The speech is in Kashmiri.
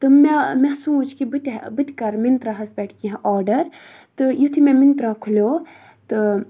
تہٕ مےٚ مےٚ سوٗنٛچ کہِ بہٕ تہِ بہٕ تہِ کَرٕ مِنترٛاہَس پٮ۪ٹھ کینٛہہ آڈَر تہٕ یُتھُے مےٚ مِںترٛا کھُلیوو تہٕ